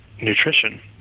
nutrition